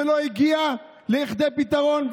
זה לא הגיע לכדי פתרון,